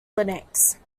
linux